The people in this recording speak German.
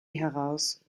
heraus